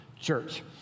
church